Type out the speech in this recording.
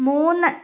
മൂന്ന്